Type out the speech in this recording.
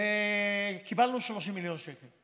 וקיבלנו 30 מיליון שקל.